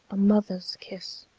a mother's kiss,